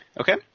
Okay